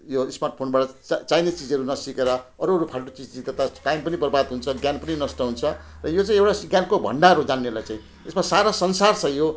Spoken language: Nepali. यो स्मार्ट फोनबाट चा चाहिने चिजहरू नसिकेर अरू अरू फाल्टु चिज सिक्दा त टाइम पनि बर्बाद हुन्छ ज्ञान पनि नष्ट हुन्छ र यो चाहिँ एउटा ज्ञानको भण्डार हो जान्नेलाई चाहिँ यसमा सारा संसार छ यो